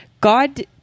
God